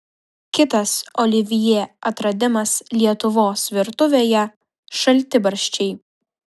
kitas olivjė atradimas lietuvos virtuvėje šaltibarščiai